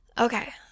Okay